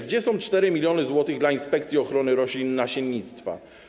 Gdzie są 4 mln zł dla inspekcji ochrony roślin i nasiennictwa?